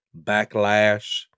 backlash